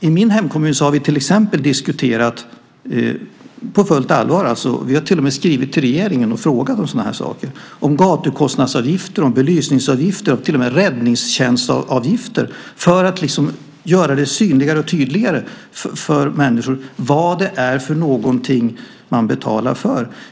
I min hemkommun har vi på fullt allvar - vi har till och med skrivit till regeringen och frågat om sådana här saker - till exempel diskuterat gatukostnadsavgifter, belysningsavgifter och till och med räddningstjänstavgifter för att göra det synligare och tydligare för människor vad det är för någonting som man betalar för.